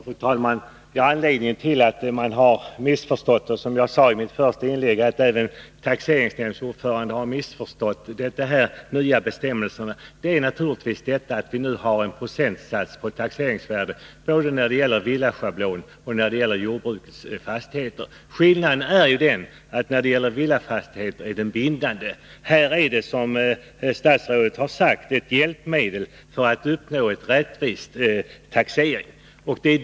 Fru talman! Anledningen till att man har missförstått de nya bestämmelserna och att, som jag sade i mitt första inlägg, även taxeringsnämndsordförande har gjort det är naturligtvis att vi nu har ett liknande system med procentsats på taxeringsvärden både när det gäller villaschablon och när det gäller jordbruksfastigheter. Skillnaden är ju att när det gäller villafastigheter är den bindande, medan det för jordbruksfastigheter är som statsrådet har sagt, fråga om ett hjälpmedel för att uppnå en rättvis taxering.